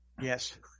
Yes